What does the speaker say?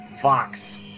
Fox